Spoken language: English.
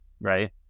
right